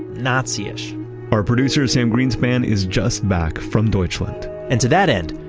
nazi-ish our producer, sam greenspan, is just back from deutschland and to that end,